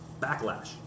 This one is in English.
backlash